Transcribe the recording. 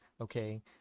okay